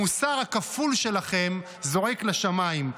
המוסר הכפול שלכם זועק לשמיים.